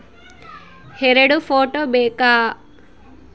ಎರಡು ಫೋಟೋ ಬೇಕಾ?